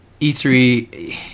e3